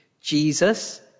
Jesus